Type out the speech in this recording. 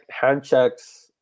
hand-checks –